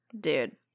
Dude